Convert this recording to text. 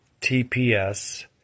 TPS